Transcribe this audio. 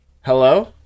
Hello